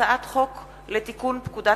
הצעת חוק לתיקון פקודת